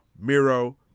Miro